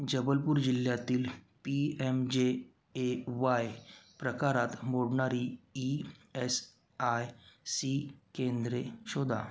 जबलपूर जिल्ह्यातील P M J A Y प्रकारात मोडणारी ई एस आय सी केंद्रे शोधा